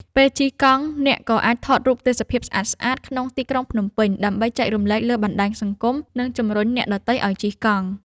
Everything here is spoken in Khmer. ពេលជិះកង់អ្នកក៏អាចថតរូបទេសភាពស្អាតៗក្នុងទីក្រុងភ្នំពេញ ដើម្បីចែករំលែកលើបណ្ដាញសង្គម និងជម្រុញអ្នកដទៃឱ្យជិះកង់។